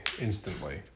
instantly